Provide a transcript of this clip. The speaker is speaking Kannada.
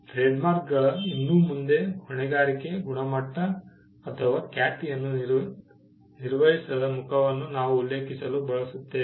ಟ್ರೇಡ್ಮಾರ್ಕ್ಗಳು ಇನ್ನು ಮುಂದೆ ಹೊಣೆಗಾರಿಕೆ ಗುಣಮಟ್ಟ ಅಥವಾ ಖ್ಯಾತಿಯನ್ನು ನಿರ್ವಹಿಸದ ಮುಖವನ್ನು ನಾವು ಉಲ್ಲೇಖಿಸುಲ ಬಳಸುತ್ತೇವೆ